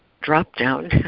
drop-down